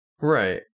Right